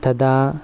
तदा